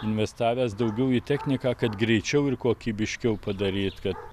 investavęs daugiau į techniką kad greičiau ir kokybiškiau padaryt kad